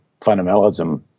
fundamentalism